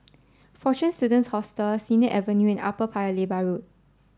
Fortune Students Hostel Sennett Avenue and Upper Paya Lebar Road